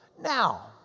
now